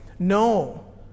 No